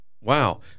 wow